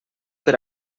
per